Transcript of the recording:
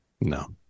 No